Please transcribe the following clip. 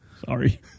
Sorry